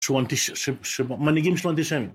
שהוא אנטיש... שהמנהיגים שלו אנטישמים